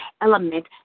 element